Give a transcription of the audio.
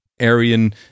Aryan